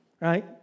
Right